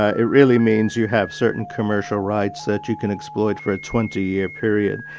ah it really means you have certain commercial rights that you can exploit for a twenty year period.